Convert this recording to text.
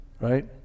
Right